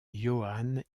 johan